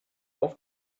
auf